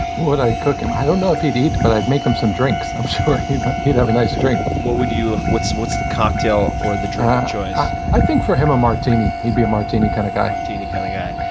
would i cook him? i don't know if he'd eat, but i'd make him some drinks. i'm sure he'd have a nice drink. what would you. what's what's the cocktail or the drink of choice? i think for him, a martini. he'd be a martini kind of guy. martini kind of guy.